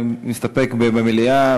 האם נסתפק במליאה,